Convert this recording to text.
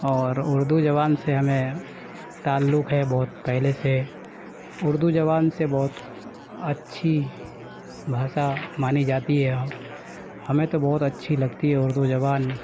اور اردو زبان سے ہمیں تعلق ہے بہت پہلے سے اردو زبان سے بہت اچھی بھاشا مانی جاتی ہے ہمیں تو بہت اچھی لگتی ہے اردو زبان